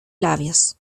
labios